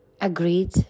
agreed